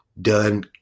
done